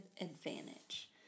Advantage